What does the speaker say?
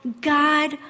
God